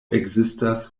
ekzistas